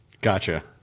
Gotcha